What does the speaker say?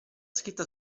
scritta